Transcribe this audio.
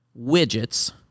widgets